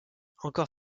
encore